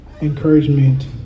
Encouragement